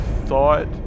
thought